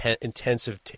intensive